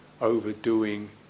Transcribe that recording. overdoing